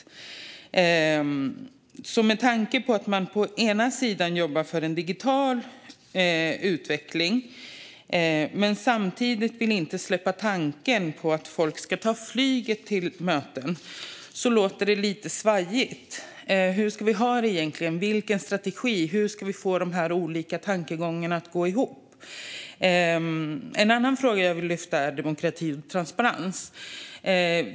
Man jobbar för en digital utveckling men vill samtidigt inte släppa tanken på att folk ska ta flyget till möten. Det låter lite svajigt. Hur ska vi ha det egentligen? Vilken strategi ska vi ha? Hur ska vi få dessa olika tankegångar att gå ihop? En annan fråga jag vill ta upp är demokrati och transparens.